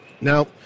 Now